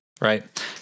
right